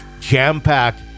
Jam-packed